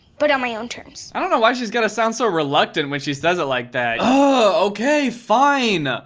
but on my own terms. i don't know why she's gotta sound so reluctant when she says it like that. oh, okay fine.